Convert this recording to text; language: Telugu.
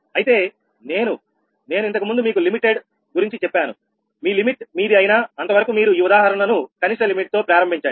అయితే నేను ఇంతకుముందు మీకు లిమిటెడ్ గురించి చెప్పాను మీ లిమిట్ మీది అయినా అంతవరకూ మీరు ఈ ఉదాహరణను కనిష్ట లిమిట్ తో ప్రారంభించండి